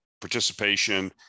participation